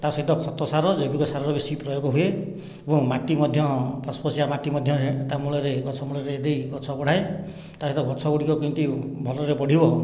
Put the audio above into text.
ତା'ସହିତ ଖତ ସାର ଜୈବିକ ସାରର ବେଶୀ ପ୍ରୟୋଗ ହୁଏ ଏବଂ ମାଟି ମଧ୍ୟ ଫସଫସିଆ ମାଟି ମଧ୍ୟ ତା ମୂଳରେ ଗଛ ମୂଳରେ ଦେଇ ଗଛ ବଢ଼ାଏ ତା'ସହିତ ଗଛଗୁଡ଼ିକ କେମିତି ଭଲରେ ବଢ଼ିବ